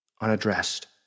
unaddressed